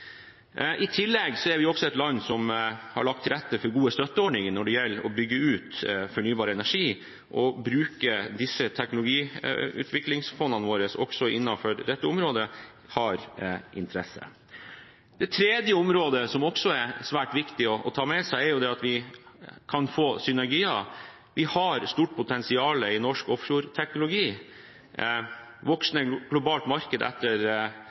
I tillegg er vi også et land som har lagt til rette for gode støtteordninger når det gjelder å bygge ut fornybar energi. Å bruke disse teknologiutviklingsfondene våre også innenfor dette området er av interesse. Det tredje området som det også er svært viktig å ta med seg, er at vi kan få synergier. Vi har stort potensial i norsk offshore-teknologi. Et voksende globalt marked